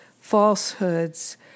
falsehoods